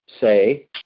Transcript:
say